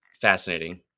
fascinating